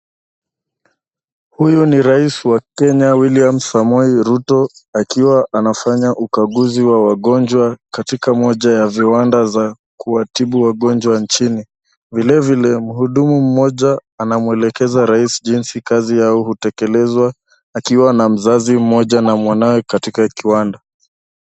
Huyu ni rais wa Kenya William Samoei Ruto akiwa anafanya ukaguzi wa wagonjwa katika moja ya viwanda za kuwatibu wagonjwa nchini. Vilevile mhudumu mmoja anamwelekeza rais jinsi kazi yao hutekelezwa akiwa na mzazi mmoja na mwanawe katika kiwanda.